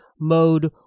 mode